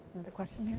a question